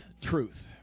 truth